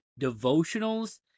devotionals